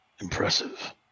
Impressive